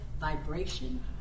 vibration